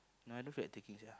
no I don't feel like talking sia